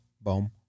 Boom